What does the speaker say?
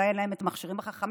אולי אין להם מכשירים חכמים,